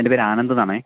എൻറെ പേര് ആനന്ദ് എന്നാണ്